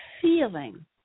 feeling